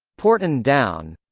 porton down